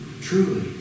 truly